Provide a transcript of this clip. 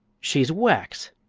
she's wax!